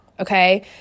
Okay